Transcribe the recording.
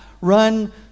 Run